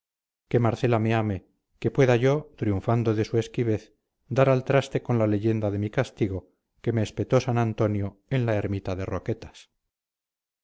que marcela me ame que pueda yo triunfando de su esquivez dar al traste con la leyenda de mi castigo que me espetó san antonio en la ermita de roquetas